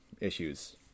issues